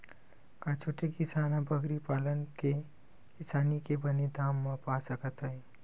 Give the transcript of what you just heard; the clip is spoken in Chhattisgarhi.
का छोटे किसान ह बकरी पाल के किसानी के बने दाम पा सकत हवय?